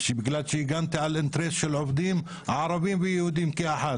בגלל שהגנתי על אינטרס של עובדים ערבים ויהודים כאחד?